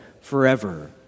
forever